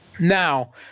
now